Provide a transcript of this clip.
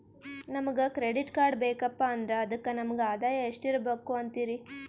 ನಮಗ credit card ಬೇಕಪ್ಪ ಅಂದ್ರ ಅದಕ್ಕ ನಮಗ ಆದಾಯ ಎಷ್ಟಿರಬಕು ಅಂತೀರಿ?